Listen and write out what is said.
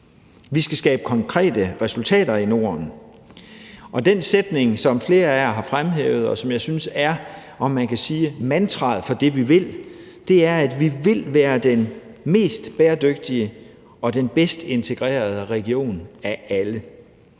Vi skal skabe konkrete resultater i Norden, og den sætning, som flere af jer har fremhævet, og som jeg synes er, om man kan sige det, mantraet for det, vi vil, er, at vi vil være den mest bæredygtige og den bedst integrerede region af alle.